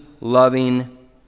loving